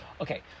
Okay